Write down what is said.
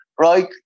right